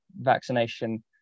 vaccination